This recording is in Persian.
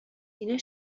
اینا